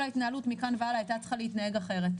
כל ההתנהלות מכאן והלאה הייתה צריכה להתנהג אחרת.